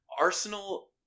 Arsenal